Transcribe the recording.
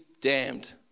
damned